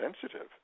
sensitive